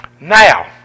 Now